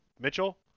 Mitchell